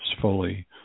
fully